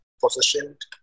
positioned